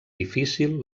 difícil